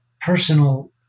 personal